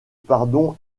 pardon